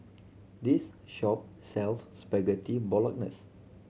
this shop sells Spaghetti Bolognese